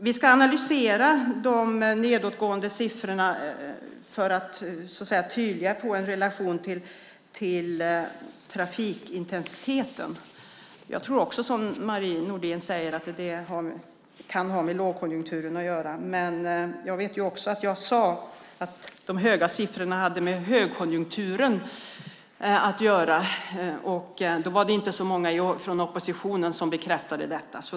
Vi ska analysera den nedåtgående tendensen i siffrorna för att tydligare få en relation till trafikintensiteten. Jag tror också, som Marie Nordén säger, att det kan ha med lågkonjunkturen att göra, men jag vet också att jag sade att de höga siffrorna hade med högkonjunkturen att göra, och då var det inte så många i oppositionen som bekräftade detta.